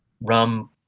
rum